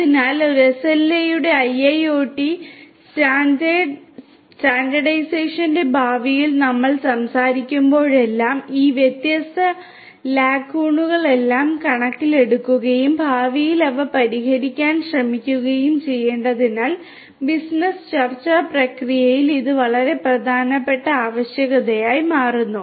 അതിനാൽ ഒരു എസ്എൽഎയുടെ IIoT സ്റ്റാൻഡേർഡൈസേഷന്റെ ഭാവിയിൽ നമ്മൾ സംസാരിക്കുമ്പോഴെല്ലാം ഈ വ്യത്യസ്ത ലാക്കൂണുകളെല്ലാം കണക്കിലെടുക്കുകയും ഭാവിയിൽ അവ പരിഹരിക്കാൻ ശ്രമിക്കുകയും ചെയ്യേണ്ടതിനാൽ ബിസിനസ്സ് ചർച്ചാ പ്രക്രിയയിൽ ഇത് വളരെ പ്രധാനപ്പെട്ട ആവശ്യകതയായി മാറുന്നു